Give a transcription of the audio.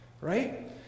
right